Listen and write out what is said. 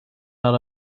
out